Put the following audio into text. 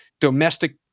domestic